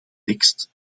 tekst